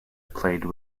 played